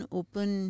open